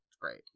great